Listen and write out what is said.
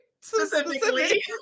specifically